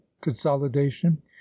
consolidation